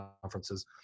Conferences